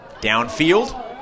downfield